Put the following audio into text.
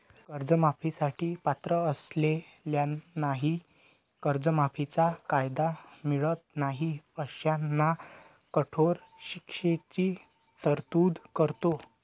कर्जमाफी साठी पात्र असलेल्यांनाही कर्जमाफीचा कायदा मिळत नाही अशांना कठोर शिक्षेची तरतूद करतो